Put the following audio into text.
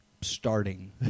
starting